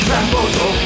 Rambozo